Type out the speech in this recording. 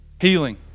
Healing